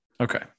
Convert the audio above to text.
Okay